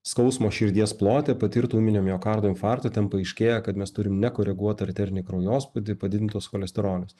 skausmo širdies plote patirto ūminio miokardo infarkto ten paaiškėja kad mes turim nekoreguotą arterinį kraujospūdį padidintus cholesterolius